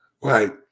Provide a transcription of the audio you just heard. Right